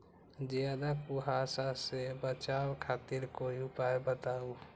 ज्यादा कुहासा से बचाव खातिर कोई उपाय बताऊ?